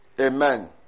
Amen